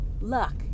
luck